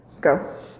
go